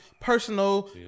personal